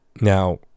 Now